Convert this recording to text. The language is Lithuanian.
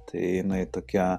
tai jinai tokia